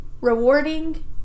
Rewarding